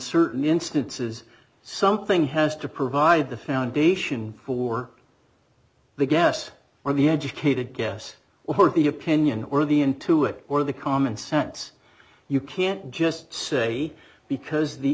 certain instances something has to provide the foundation for the gas or the educated guess or the opinion or the into it or the common sense you can't just say because the